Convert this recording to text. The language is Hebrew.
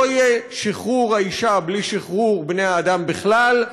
לא יהיה שחרור האישה בלי שחרור בני-האדם בכלל,